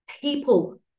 People